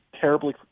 terribly